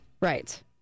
Right